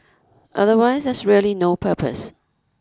otherwise there's really no purpose